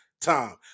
time